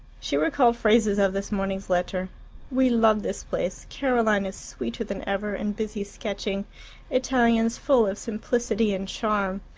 she recalled phrases of this morning's letter we love this place caroline is sweeter than ever, and busy sketching italians full of simplicity and charm.